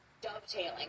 dovetailing